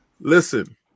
Listen